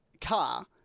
car